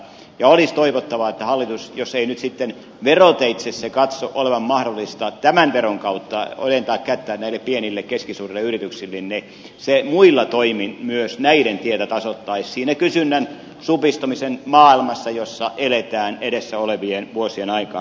ja olisi toivottavaa että hallitus jos ei nyt sitten veroteitse katso olevan mahdollista tämän veron kautta ojentaa kättä näille pienille keskisuurille yrityksille muilla toimin myös näiden tietä tasoittaisi siinä kysynnän supistumisen maailmassa jossa eletään edessä olevien vuosien aikaan